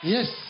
Yes